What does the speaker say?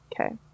Okay